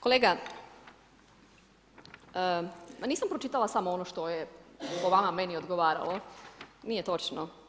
Kolega ma nisam pročitala samo ono što je po vama meni odgovaralo, nije točno.